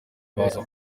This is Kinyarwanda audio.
baza